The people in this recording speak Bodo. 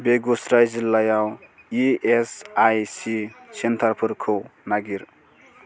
बेगुसराय जिल्लायाव इ एस आइ सि सेन्टारफोरखौ नागिर